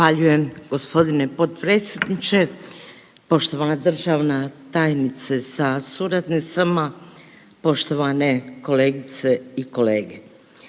Zahvaljujem poštovana potpredsjednice HS, poštovana državna tajnica sa suradnicima, poštovane kolegice i kolege.